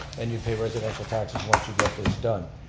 and you pay residential taxes once you get this done.